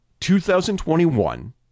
2021